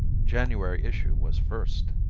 january issue was first